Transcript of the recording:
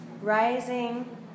rising